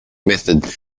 method